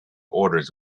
orders